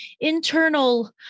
internal